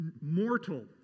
mortal